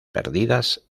perdidas